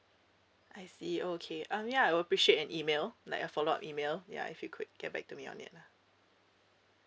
I see oh okay um ya I appreciate an email like a follow up email ya if you could get back to me on it lah